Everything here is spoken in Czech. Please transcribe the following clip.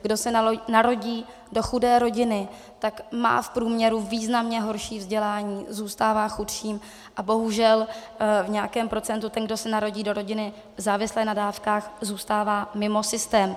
Kdo se narodí do chudé rodiny, tak má v průměru významně horší vzdělání, zůstává chudším a bohužel v nějakém procentu ten, kdo se narodí do rodiny závislé na dávkách, zůstává mimo systém.